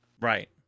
right